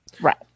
Right